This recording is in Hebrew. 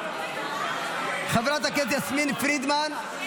חברת הכנסת יסמין פרידמן,